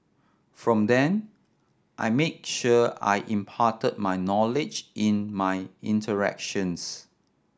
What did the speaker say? from then I made sure I imparted my knowledge in my interactions